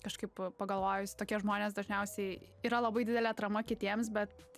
kažkaip pagalvojus tokie žmonės dažniausiai yra labai didelė atrama kitiems bet